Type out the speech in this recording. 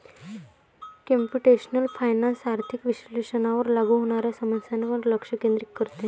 computational finance आर्थिक विश्लेषणावर लागू होणाऱ्या समस्यांवर लक्ष केंद्रित करते